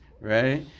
right